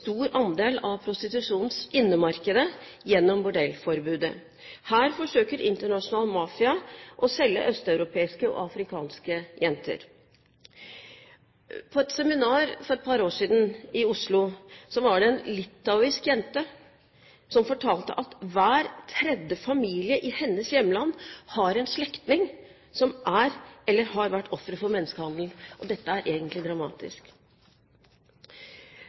stor andel av innemarkedet i prostitusjonen gjennom bordellforbudet. Her forsøker internasjonal mafia å selge østeuropeiske og afrikanske jenter. På et seminar i Oslo for et par år siden var det en litauisk jente som fortalte at hver tredje familie i hennes hjemland har en slektning som er eller har vært offer for menneskehandel, og dette er egentlig dramatisk.